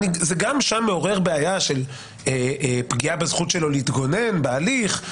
גם שם זה מעורר בעיה של פגיעה בזכות שלו להתגונן בהליך.